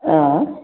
आयॅं